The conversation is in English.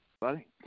buddy